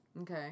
Okay